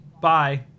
bye